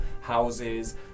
houses